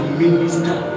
minister